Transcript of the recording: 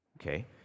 Okay